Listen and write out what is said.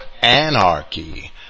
anarchy